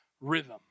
rhythm